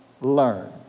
learn